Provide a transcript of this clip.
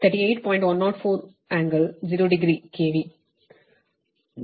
104 ಕೋನ 0 degree KV